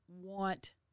want